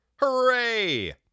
Hooray